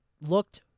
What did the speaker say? looked